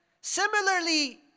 Similarly